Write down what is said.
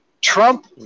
Trump